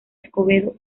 escobedo